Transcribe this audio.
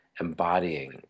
embodying